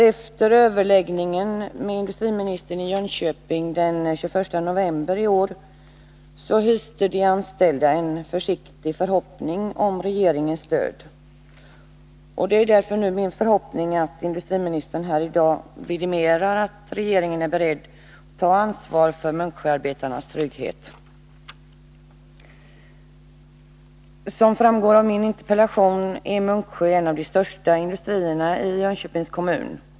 Efter överläggningen med industriministern i Jönköping den 21 november i år hyste de anställda en försiktig förhoppning om regeringens stöd. Det är nu min förhoppning att industriministern här i dag vidimerar att regeringen är beredd att ta ansvar för Munksjöarbetarnas trygghet. Som framgår av min interpellation är Munksjö en av de största industrierna i Jönköpings kommun.